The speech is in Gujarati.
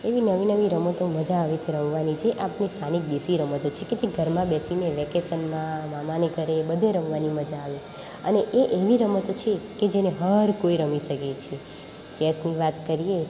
એવી નવી નવી રમતો મઝા આવે છે રમવાની જે આપણી સ્થાનિક દેશી રમતો છે કે જે ઘરમાં બેસીને વેકેશનમાં મામાને ઘરે બધે રમવાની મજા આવે છે અને એ એવી રમતો છે કે જેને હર કોઈ રમી શકે છે ચેસની વાત કરીએ